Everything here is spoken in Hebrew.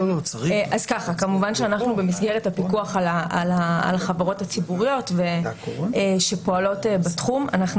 כמובן שאנחנו במסגרת הפיקוח על החברות הציבוריות שפועלות בתחום אנחנו